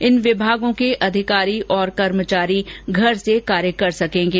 इन विभागों के अधिकारी और कर्मचारी घर से कार्य कर सकेंगे